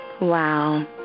Wow